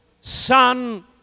son